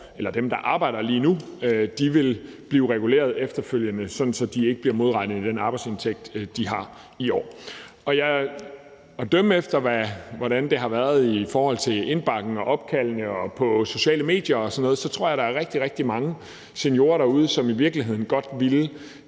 i år eller arbejder lige nu, vil blive reguleret efterfølgende, sådan at de ikke bliver modregnet i den arbejdsindtægt, de har i år. At dømme efter, hvordan det har været i forhold til indbakken, opkaldene og sociale medier og sådan noget, tror jeg, at der er rigtig, rigtig mange seniorer derude, som i virkeligheden godt ville